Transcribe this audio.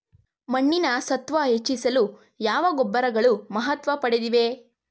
ಮಣ್ಣಿನ ಸತ್ವ ಹೆಚ್ಚಿಸಲು ಯಾವ ಗೊಬ್ಬರಗಳು ಮಹತ್ವ ಪಡೆದಿವೆ?